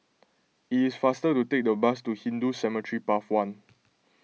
it is faster to take the bus to Hindu Cemetery Path one